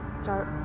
start